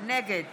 נגד